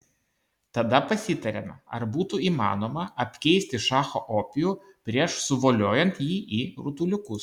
tada pasitarėme ar būtų įmanoma apkeisti šacho opijų prieš suvoliojant jį į rutuliukus